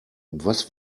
was